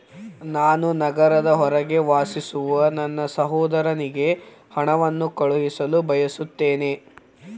ನಾನು ನಗರದ ಹೊರಗೆ ವಾಸಿಸುವ ನನ್ನ ಸಹೋದರನಿಗೆ ಹಣವನ್ನು ಕಳುಹಿಸಲು ಬಯಸುತ್ತೇನೆ